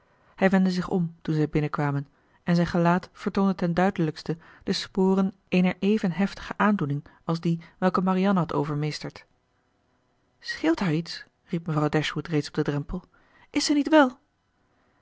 hij wendde zich om toen zij binnenkwamen en zijn gelaat vertoonde ten duidelijkste de sporen eener even heftige aandoening als die welke marianne had overmeesterd scheelt haar iets riep mevrouw dashwood reeds op den drempel is zij niet wel